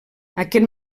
aquest